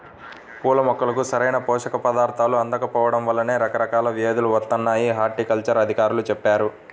పూల మొక్కలకు సరైన పోషక పదార్థాలు అందకపోడం వల్లనే రకరకాల వ్యేదులు వత్తాయని హార్టికల్చర్ అధికారులు చెప్పారు